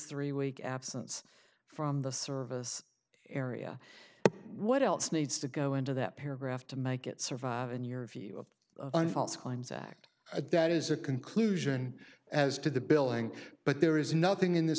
three week absence from the service area what else needs to go into that paragraph to make it survive in your view of an false claims act a that is a conclusion as to the billing but there is nothing in this